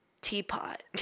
teapot